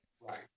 Right